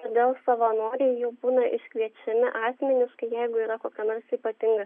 todėl savanoriai jau būna iškviečiami asmeniškai jeigu yra kokia nors ypatinga